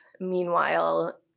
Meanwhile